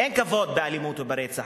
אין כבוד באלימות וברצח,